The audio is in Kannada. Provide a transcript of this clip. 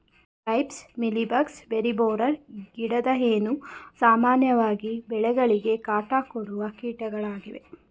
thrips, mealy bugs, berry borer, ಗಿಡದ ಹೇನು, ಸಾಮಾನ್ಯವಾಗಿ ಬೆಳೆಗಳಿಗೆ ಕಾಟ ಕೊಡುವ ಕೀಟಗಳಾಗಿವೆ